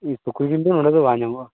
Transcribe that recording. ᱥᱩᱠᱨᱤ ᱡᱤᱞ ᱫᱚ ᱱᱚᱰᱮ ᱫᱚ ᱵᱟᱝ ᱧᱟᱢᱚᱜᱼᱟ